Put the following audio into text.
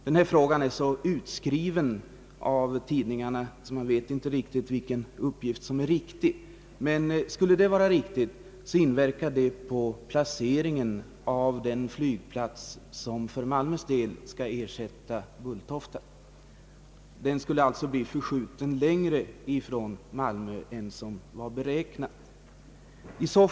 Denna fråga är så »utskriven» av tidningarna, så man vet inte vilken uppgift som är riktig, men om det skulle vara rätt inverkar det på placeringen av den flygplats som för Malmös del skall ersätta Bulltofta. Den skulle alltså förskjutas längre från Malmö än som beräknats.